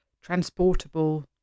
transportable